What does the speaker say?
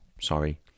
sorry